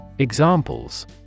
Examples